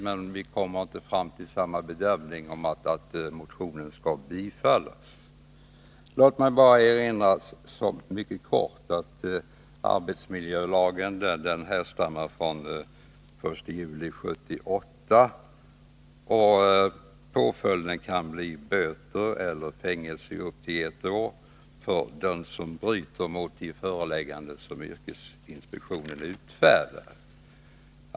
Men jag kommer inte fram till samma bedömning som Eric Jönsson, dvs. att den socialdemokratiska motionen skall bifallas. Låt mig bara mycket kort erinra om att arbetsmiljölagen härstammar från den 1 juli 1978. Påföljden kan bli böter eller fängelse i upp till ett år för den som bryter mot de förelägganden som yrkesinspektionen utfärdar.